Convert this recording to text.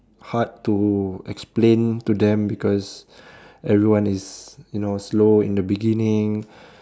hard to explain to them because everyone is you know slow in the beginning